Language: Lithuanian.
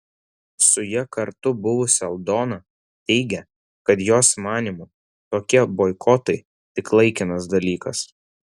su ja kartu buvusi aldona teigė kad jos manymu tokie boikotai tik laikinas dalykas